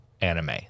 anime